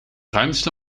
ruimste